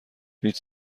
هیچ